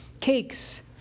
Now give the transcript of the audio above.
Cakes